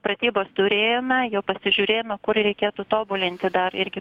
pratybas turėjome jau pasižiūrėjome kur reikėtų tobulinti dar irgi